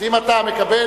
אז אם אתה מקבל,